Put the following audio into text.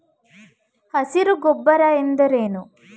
ಹಸಿರು ಗೊಬ್ಬರ ಎಂದರೇನು?